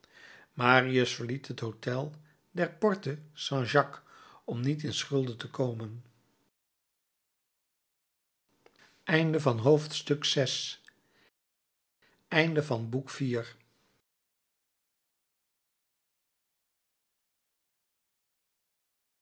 marius verliet het hôtel der porte st jacques om niet in schulden te komen